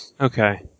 Okay